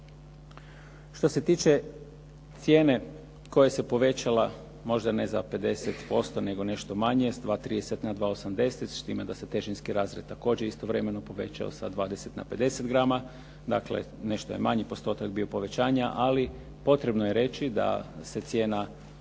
Što se tiče cijene koja se povećala možda ne za 50% nego nešto manje sa 2,30 na 2,80, s time da se težinski razred također istovremeno povećao sa 20 na 50 grama, dakle, nešto je manji postotak bio povećanja. Ali potrebno je reći da se cijena